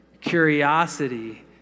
curiosity